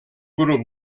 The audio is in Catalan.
grup